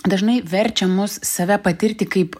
dažnai verčia mus save patirti kaip